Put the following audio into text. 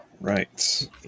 Right